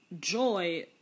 joy